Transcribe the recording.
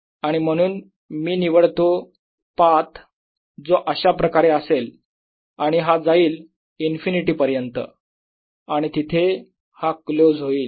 आणि म्हणून मी निवडतो पाथ जो अशाप्रकारे असेल आणि हा जाईल इन्फिनिटी पर्यंत आणि तिथे हा क्लोज होईल